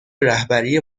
رهبری